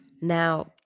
now